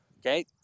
Okay